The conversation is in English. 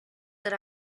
that